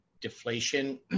deflation